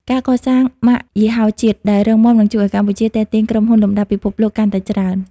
ការកសាង "ម៉ាកយីហោជាតិ" ដែលរឹងមាំ នឹងជួយឱ្យកម្ពុជាទាក់ទាញក្រុមហ៊ុនលំដាប់ពិភពលោកកាន់តែច្រើន។